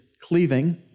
cleaving